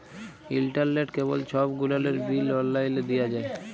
ইলটারলেট, cable ছব গুলালের বিল অললাইলে দিঁয়া যায়